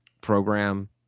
program